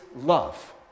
love